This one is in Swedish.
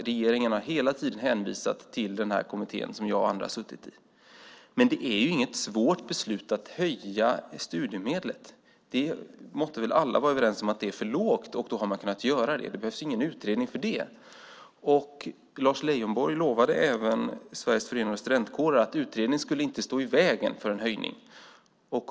Regeringen har hela tiden hänvisat till Studiesociala kommittén som jag och andra har suttit i. Men det är ju inget svårt beslut att höja studiemedlet. Alla måste väl vara överens om att det är för lågt, och då hade man kunnat höja det. Det behövs ingen utredning för det. Lars Leijonborg lovade även Sveriges förenade studentkårer att utredningen inte skulle stå i vägen för en höjning.